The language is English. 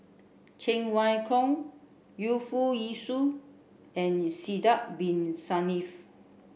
Cheng Wai Keung Yu Foo Yee Shoon and Sidek bin Saniff